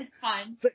fine